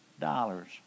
dollars